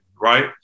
right